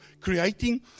creating